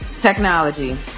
technology